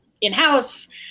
in-house